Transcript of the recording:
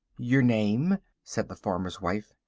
your name? said the farmer's wife.